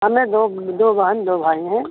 हम हैं दो दो बहन दो भाई हैं